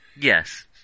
Yes